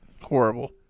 Horrible